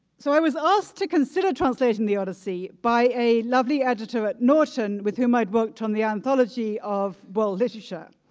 so i was asked to consider translating the odyssey by a lovely editor at norton, with whom i'd worked on the anthology of world literature.